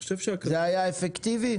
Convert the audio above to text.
זה היה אפקטיבי?